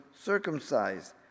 circumcised